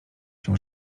się